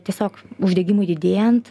tiesiog uždegimui didėjant